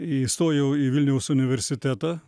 įstojau į vilniaus universitetą